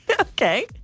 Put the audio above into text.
Okay